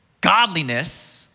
godliness